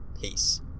Peace